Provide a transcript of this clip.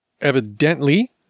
Evidently